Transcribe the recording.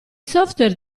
software